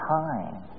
time